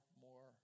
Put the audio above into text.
more